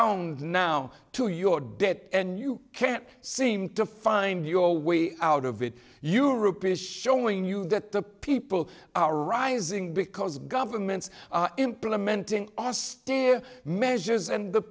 ound now to your debt and you can't seem to find your way out of it europe is showing you that the people are rising because governments implementing austerity measures and the